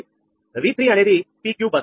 V3 అనేది PQ bus